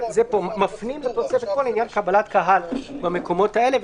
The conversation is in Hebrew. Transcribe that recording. מפנים לתוספת פה לעניין קבלת קהל במקומות האלה.